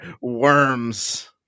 Worms